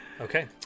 Okay